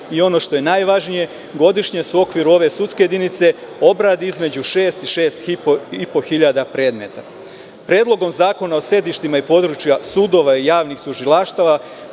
i ono što je najvažnije godišnje se u okviru ove sudske jedinice obradi između šest i šest i po hiljada predmeta. Predlogom Zakona o sedištima i područja sudova i javnih tužilaštava